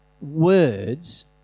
words